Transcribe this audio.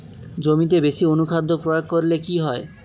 জমিতে বেশি অনুখাদ্য প্রয়োগ করলে কি হয়?